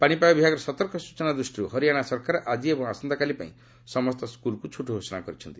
ପାଣିପାଗ ବିଭାଗର ସତର୍କ ସୂଚନା ଦୃଷ୍ଟିରୁ ହରିଆନା ସରକାର ଆଜି ଏବଂ ଆସନ୍ତାକାଲି ପାଇଁ ସମସ୍ତ ସ୍କୁଲ୍କୁ ଛୁଟି ଘୋଷଣା କରିଛନ୍ତି